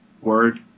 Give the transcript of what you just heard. Word